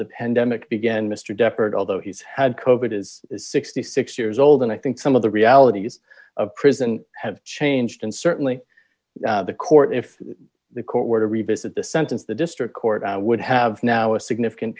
demick began mr deford although he's had covert is sixty six years old and i think some of the realities of prison have changed and certainly the court if the court were to revisit the sentence the district court would have now a significant